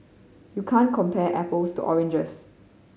you can't compare apples to oranges